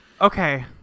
Okay